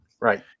Right